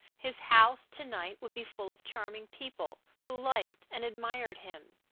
his house to-night would be full of charming people, who liked and admired him.